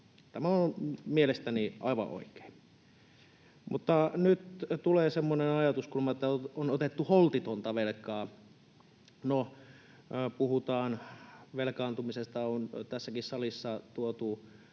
Tämä on ollut mielestäni aivan oikein. Mutta nyt tulee semmoinen ajatuskulma, että on otettu holtitonta velkaa. No, velkaantumisesta on tässäkin salissa tuotu,